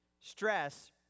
Stress